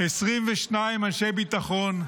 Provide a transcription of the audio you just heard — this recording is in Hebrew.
22 אנשי ביטחון,